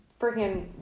freaking